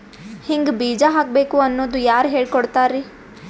ಹಿಂಗ್ ಬೀಜ ಹಾಕ್ಬೇಕು ಅನ್ನೋದು ಯಾರ್ ಹೇಳ್ಕೊಡ್ತಾರಿ?